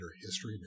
history